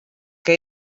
que